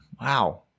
Wow